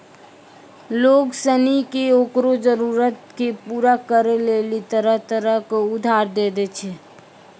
लोग सनी के ओकरो जरूरत के पूरा करै लेली तरह तरह रो उधार दै छै